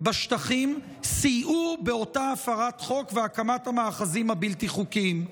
בשטחים סייעו באותה הפרת חוק בהקמת המאחזים הבלתי-חוקיים.